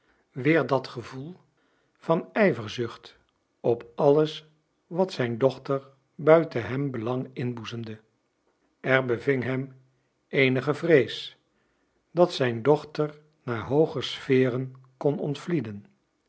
weer dat gevoel van ijverzucht op alles wat zijn dochter buiten hem belang inboezemde er beving hem eenige vrees dat zijn dochter naar hooger sferen kon ontvlieden